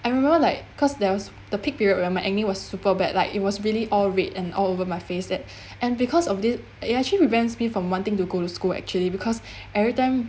I remember like because there was the peak period when my acne was super bad like it was really all red and all over my face that and because of this it actually prevents me from wanting to go to school actually because everytime